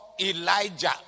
Elijah